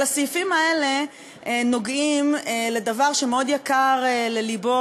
אבל הסעיפים האלה נוגעים לדבר שמאוד יקר ללבם